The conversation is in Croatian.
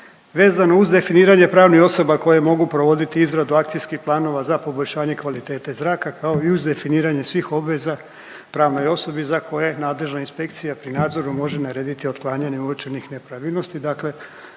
vezano uz definiranje pravnih osoba koje mogu provoditi izradu akcijskih planova za poboljšanje kvalitete zraka, kao i uz definiranje svih obveza pravnoj osobi za koje nadležna inspekcija pri nadzoru može narediti otklanjanje uočenih nepravilnosti.